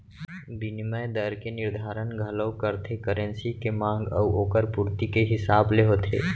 बिनिमय दर के निरधारन घलौ करथे करेंसी के मांग अउ ओकर पुरती के हिसाब ले होथे